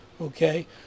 Okay